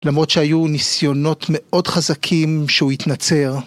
למרות שהיו ניסיונות מאוד חזקים שהוא יתנצר.